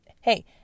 Hey